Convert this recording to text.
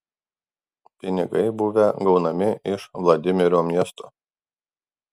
pinigai buvę gaunami iš vladimiro miesto